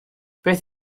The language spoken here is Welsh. beth